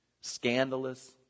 Scandalous